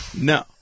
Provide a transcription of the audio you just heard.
no